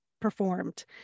performed